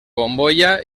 bombolla